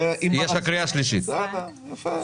אני קורא אותך לסדר בפעם השלישית.